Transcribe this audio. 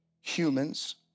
humans